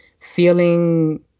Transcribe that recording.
feeling